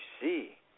see